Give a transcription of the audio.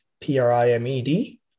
P-R-I-M-E-D